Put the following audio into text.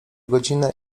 godzinę